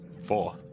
four